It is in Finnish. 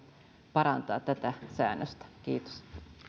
parantaa kiitos